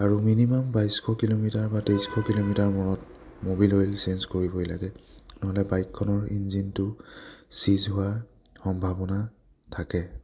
আৰু মিনিমাম বাইছশ কিলোমিটাৰ বা তেইছশ কিলোমিটাৰ মূৰত ম'বিল অইল চেঞ্জ কৰিবই লাগে নহ'লে বাইকখনৰ ইঞ্জিনটো চিজ হোৱাৰ সম্ভাৱনা থাকে